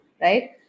right